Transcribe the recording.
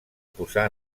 posar